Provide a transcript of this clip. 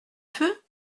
feu